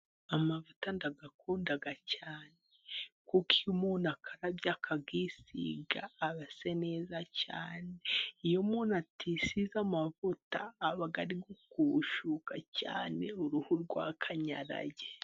Amavuta ndayakunda cyane, kuko iyo umuntu akarabye akayisiga aba asa neza cyane. Iyo umuntu atisize amavuta aba ari gukushuka cyane, uruhu rwakanyaraye.